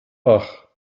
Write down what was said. ach